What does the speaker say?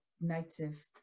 native